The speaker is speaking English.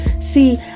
See